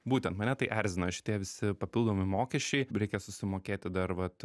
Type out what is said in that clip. būtent mane tai erzina šitie visi papildomi mokesčiai reikia susimokėti dar vat